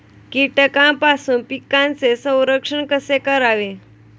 कीटकांपासून पिकांचे संरक्षण कसे करावे?